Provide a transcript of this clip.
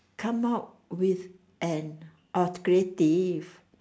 come out with an objective